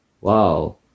wow